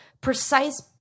precise